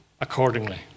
accordingly